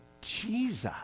Jesus